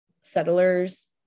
settlers